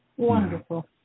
Wonderful